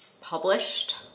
published